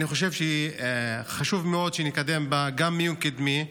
אני חושב שחשוב מאוד שנקדם בה מיון קדמי,